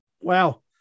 Wow